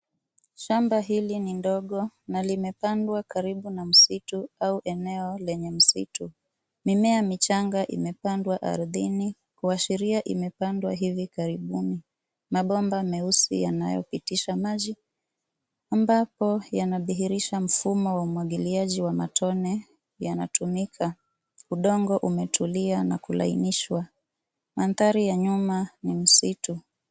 Shamba hili ni ndogo na limepandwa karibu na msitu au eneo lenye msitu. Mimea michanga imepandwa ardhini kuashiria imepandwa hivi karibuni. Mabomba meusi yanayopitisha maji, ambapo yanadhihirisha mfumo wa umwagiliaji wa matone yanatumika. Udongo umetulia na kulainishwa. Mandhari ya nyuma ni msitu.